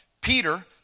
Peter